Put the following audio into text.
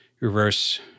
reverse